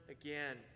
again